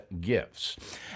gifts